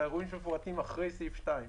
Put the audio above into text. זה האירועים שמפורטים אחרי פסקה (2).